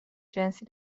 جنسی